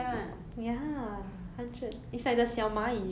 or like a hundred bees you know actually 我很怕蜜蜂 eh